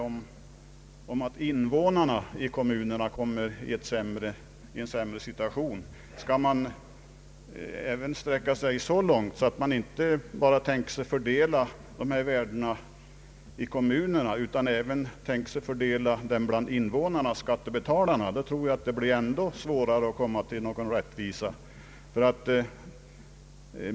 Om man skulle sträcka sig så långt att man inte bara skulle fördela dessa värden bland kommunerna, utan även tänker sig att fördela medlen bland invånarna, skattebetalarna, ute i de olika kommunerna, tror jag att det kommer att bli ännu svårare att åstadkomma någon rättvisa.